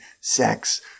sex